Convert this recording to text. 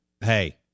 hey